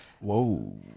whoa